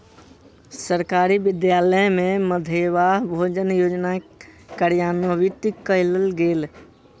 सरकारी विद्यालय में मध्याह्न भोजन योजना कार्यान्वित कयल गेल